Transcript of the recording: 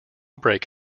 break